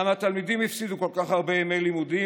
למה התלמידים הפסידו כל כך הרבה ימי לימודים